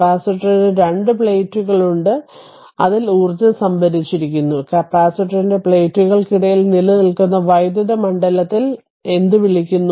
കപ്പാസിറ്ററിന് രണ്ട് പ്ലേറ്റുകളുണ്ട് അതിനാൽ ഊർജ്ജം സംഭരിച്ചിരിക്കുന്നു കപ്പാസിറ്ററിന്റെ പ്ലേറ്റുകൾക്കിടയിൽ നിലനിൽക്കുന്ന വൈദ്യുത മണ്ഡലത്തിൽ എന്ത് വിളിക്കുന്നു